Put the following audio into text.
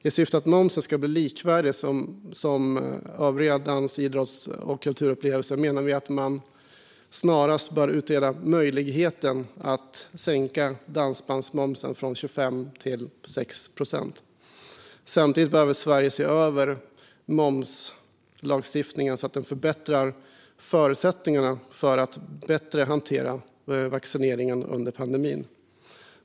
I syfte att momsen ska bli likvärdig den vid övriga dans-, idrotts och kulturupplevelser menar vi att man snarast bör utreda möjligheten att sänka dansbandsmomsen från 25 till 6 procent. Samtidigt behöver Sverige se över momslagstiftningen så att den förbättrar förutsättningarna att hantera vaccineringen under pandemin.